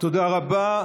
תודה רבה.